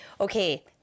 okay